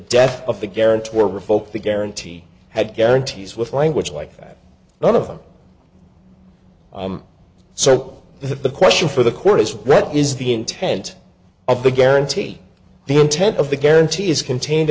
revoked the guarantee had guarantees with language like that none of them so the question for the court has read is the intent of the guarantee the intent of the guarantee is contained